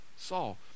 Saul